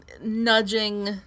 nudging